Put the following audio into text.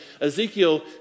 Ezekiel